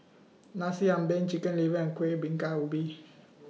Nasi Ambeng Chicken Liver and Kuih Bingka Ubi